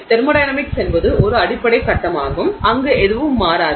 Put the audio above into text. thermodynamics என்பது ஒரு அடிப்படை சட்டமாகும் அங்கு எதுவும் மாறாது